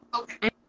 okay